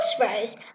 Rose